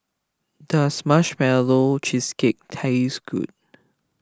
does Marshmallow Cheesecake taste good